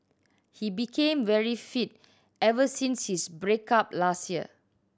he became very fit ever since his break up last year